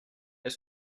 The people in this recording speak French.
est